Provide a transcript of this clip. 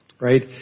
Right